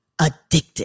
addicted